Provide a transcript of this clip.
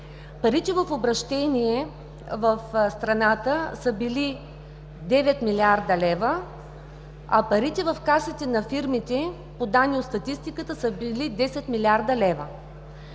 парите в обращение в страната са били 9 млрд. лв., а парите в касите на фирмите, по данни от статистиката, са били 10 млрд. лв.